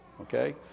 okay